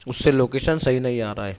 اس سے لوکیشن صحیح نہیں آ رہا ہے